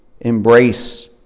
embrace